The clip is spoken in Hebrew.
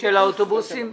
של האוטובוסים?